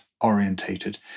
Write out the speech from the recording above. orientated